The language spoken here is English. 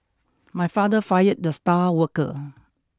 my father fired the star worker